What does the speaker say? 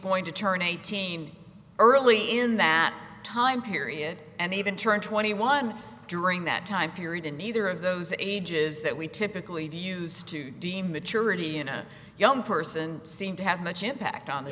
going to turn eighteen early in that time period and even turned twenty one during that time period and neither of those ages that we typically have used to deem maturity in a young person seem to have much impact on the